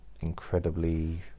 incredibly